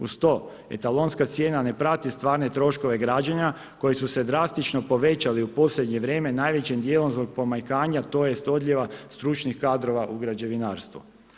Uz to etalonska cijena ne prati stvarne troškove građenja koje su se drastično povećale u posljednje vrijeme, najvećim dijelom zbog pomanjkanja, tj. odljeva stručnih kadrova u građevinarstvu.